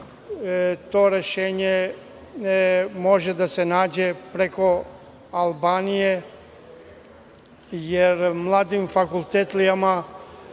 To rešenje može da se nađe preko Albanije, jer mladim fakultetlijama